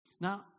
Now